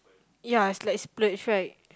yeah it's like splurge right